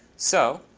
so